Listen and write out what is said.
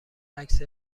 عکس